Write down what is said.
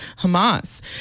hamas